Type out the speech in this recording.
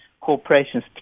corporations